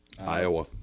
Iowa